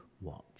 watch